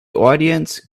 audience